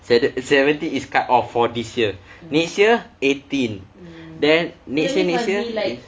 seven seventy is cut off for this year next year eighteen then next year next year